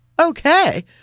okay